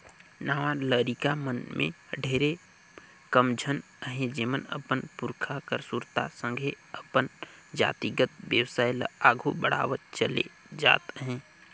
नावा लरिका मन में ढेरे कम झन अहें जेमन अपन पुरखा कर सुरता संघे अपन जातिगत बेवसाय ल आघु बढ़ावत चले जात अहें